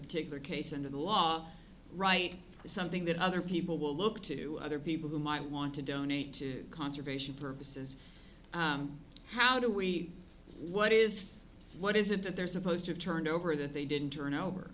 particular case under the law write something that other people will look to other people who might want to donate to conservation purposes how do we what is what is it that they're supposed to have turned over that they didn't turn over